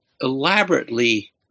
elaborately